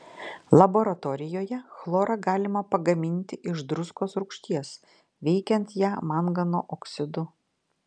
laboratorijoje chlorą galima pagaminti iš druskos rūgšties veikiant ją mangano oksidu